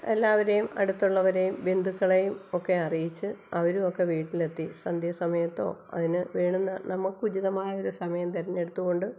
എല്ലാവരേയും അടുത്തുള്ളവരെയും ബന്ധുക്കളേയും ഒക്കെ അറിയിച്ച് അവരുവൊക്കെ വീട്ടിലെത്തി സന്ധ്യാ സമയത്തോ അതിന് വേണ്ടുന്ന നമുക്കുചിതമായൊര് സമയം തെരഞ്ഞെടുത്തുകൊണ്ട്